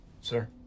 sir